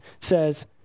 says